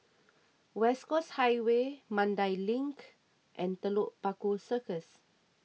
West Coast Highway Mandai Link and Telok Paku Circus